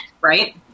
Right